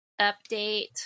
update